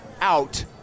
out